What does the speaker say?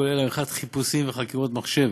הכולל עריכת חיפושים וחקירות מחשב